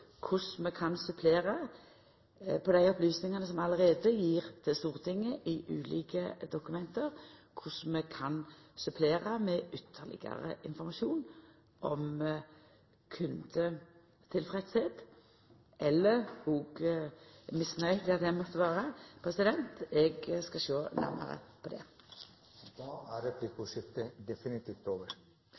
korleis vi kan supplera dei opplysningane som allereie er gjevne til Stortinget i ulike dokument, og på korleis vi kan supplera med ytterlegare informasjon om kundetilfredsheit eller -misnøye, der det måtte vera det. Eg skal sjå nærmare på det. Replikkordskiftet er